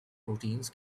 proteins